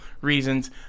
reasons